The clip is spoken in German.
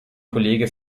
kollege